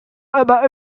aber